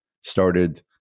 started